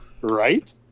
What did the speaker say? Right